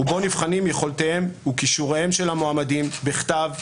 ובו נבחנים יכולותיהם וכישוריהם של המועמדים בכתב,